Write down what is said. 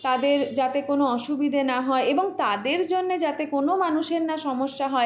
তাদের যাতে কোনো অসুবিধে না হয় এবং তাদের জন্যে যাতে কোনো মানুষের না সমস্যা হয়